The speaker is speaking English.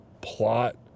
plot